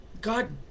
God